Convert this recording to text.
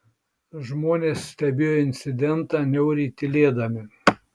žmonės stebėjo incidentą niauriai tylėdami